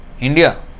india